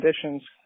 conditions